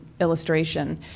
illustration